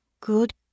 Good